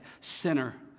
sinner